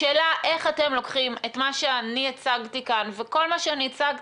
השאלה איך אתם לוקחים את מה שאני הצגתי כאן ואת כל מה שאני הצגתי,